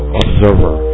observer